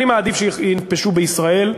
אני מעדיף שינפשו בישראל,